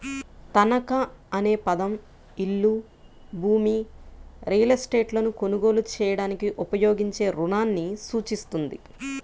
తనఖా అనే పదం ఇల్లు, భూమి, రియల్ ఎస్టేట్లను కొనుగోలు చేయడానికి ఉపయోగించే రుణాన్ని సూచిస్తుంది